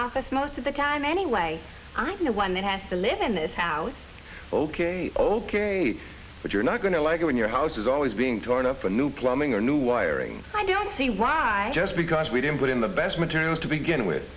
office most of the time anyway i'm the one that has to live in this house ok old kerry but you're not going to like it when your house is always being torn up a new plumbing or new wiring i don't see why just because we didn't put in the best materials to begin with